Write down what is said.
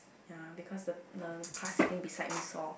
ya because the the crush sitting me beside me saw